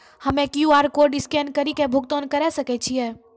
हम्मय QR code scan कड़ी के भुगतान करें सकय छियै?